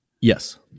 Yes